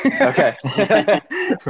Okay